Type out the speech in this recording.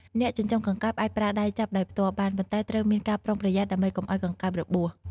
អ្នកចិញ្ចឹមកង្កែបអាចប្រើដៃចាប់ដោយផ្ទាល់បាន ប៉ុន្តែត្រូវមានការប្រុងប្រយ័ត្នដើម្បីកុំឲ្យកង្កែបរបួស។